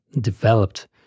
developed